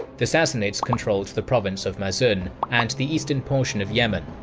the sassanids controlled the province of mazun and the eastern portion of yemen,